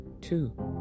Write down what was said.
two